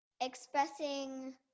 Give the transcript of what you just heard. expressing